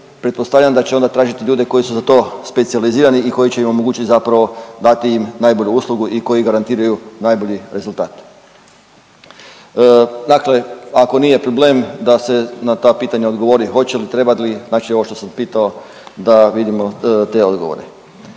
pretpostavljam da će onda tražiti ljude koji su za to specijalizirani i koji će im omogućiti zapravo dati im najbolju uslugu i koji garantiraju najbolji rezultat. Dakle, ako nije problem da se na ta pitanja odgovori hoće li, treba li znači ovo što sam pitao da vidimo te odgovore.